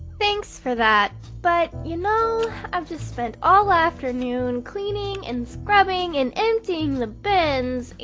thanks for that. but you know, i've just spent all afternoon cleaning and scrubbing and emptying the bins,